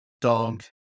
dog